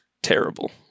terrible